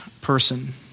person